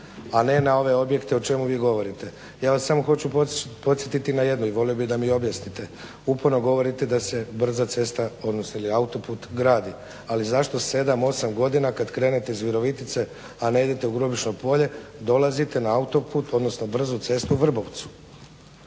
a ne na ove objekte o čemu vi govorite. Ja vas samo hoću podsjetiti na jedno i volio bih da mi objasnite. Uporno govorite da se brza cesta odnosno ili autoput gradi. Ali zašto 7, 8 godina kad krenete iz Virovitice a ne idete u Grubišno Polje dolazite na autoput odnosno brzu cestu u Vrbovcu.